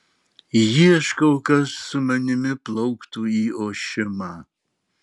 ieškau kas su manimi plauktų į ošimą